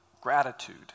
gratitude